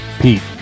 pete